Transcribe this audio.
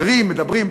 אחרים מדברים.